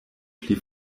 pli